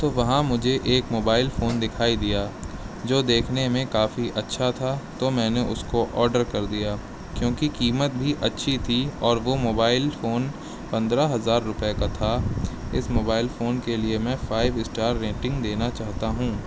تو وہاں مجھے ایک موبائل فون دکھائی دیا جو دیکھنے میں کافی اچھا تھا تو میں نے اس کو آڈر کر دیا کیونکہ قیمت بھی اچھی تھی اور وہ موبائل فون پندرہ ہزار روپے کا تھا اس موبائل فون کے لیے میں فائو اسٹار ریٹنگ دینا چاہتا ہوں